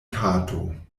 kato